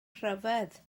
ryfedd